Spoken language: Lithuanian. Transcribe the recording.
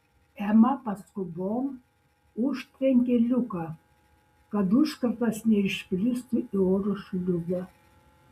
ema paskubom užtrenkė liuką kad užkratas neišplistų į oro šliuzą